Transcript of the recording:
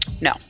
No